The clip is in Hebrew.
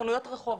חנויות רחוב,